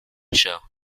show